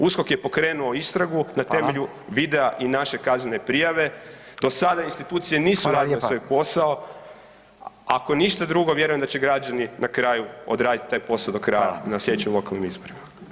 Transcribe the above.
USKOK je pokrenuo istragu na temelju videa i naše kaznene prijave, do sada institucije nisu radile svoj posao, ako ništa drugo vjerujem da će građani na kraju odraditi taj posao do kraja na sljedećim lokalnim izborima.